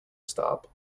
stop